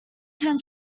ten